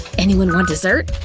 anyone want dessert?